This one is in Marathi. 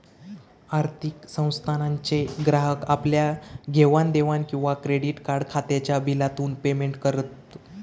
आर्थिक संस्थानांचे ग्राहक आपल्या घेवाण देवाण किंवा क्रेडीट कार्ड खात्याच्या बिलातून पेमेंट करत